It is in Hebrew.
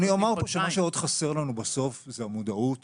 מה שעוד חסר לנו בסוף זו המודעות